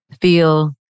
feel